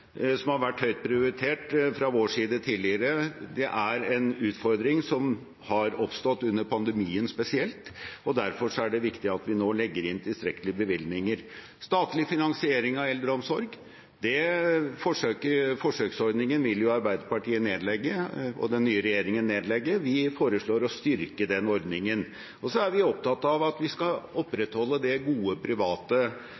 som har vært høyt prioritert fra vår side tidligere. Det er en utfordring som har oppstått under pandemien spesielt, og derfor er det viktig at vi nå legger inn tilstrekkelige bevilgninger. Når det gjelder statlig finansiering av eldreomsorg, vil Arbeiderpartiet og den nye regjeringen legge ned forsøksordningen. Vi foreslår å styrke den ordningen. Og vi er opptatt av at vi skal